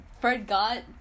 forgot